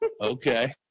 okay